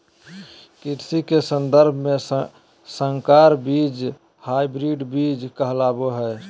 कृषि के सन्दर्भ में संकर बीज हायब्रिड बीज कहलाबो हइ